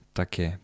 takie